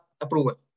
approval